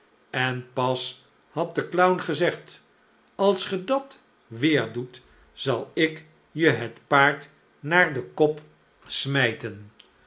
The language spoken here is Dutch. en pas had de clown gezegd als ge dat weer doet zal ik je het paard naar den kop smijten